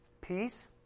peace